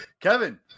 Kevin